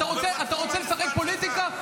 אתה רוצה לשחק פוליטיקה?